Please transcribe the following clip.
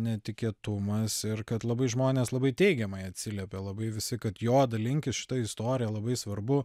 netikėtumas ir kad labai žmonės labai teigiamai atsiliepė labai visi kad jo dalinkis šita istorija labai svarbu